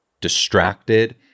distracted